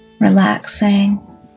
relaxing